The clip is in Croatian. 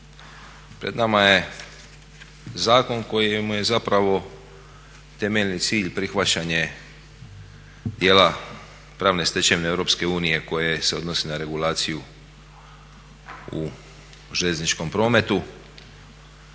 pred nama je zakon kojemu je zapravo temeljni cilj prihvaćanje djela pravne stečevine EU koje se odnose na regulaciju u željezničkom prometu.